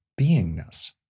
beingness